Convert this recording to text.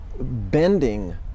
bending